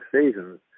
seasons